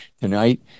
tonight